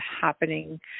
happening